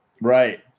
Right